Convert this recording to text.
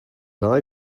eye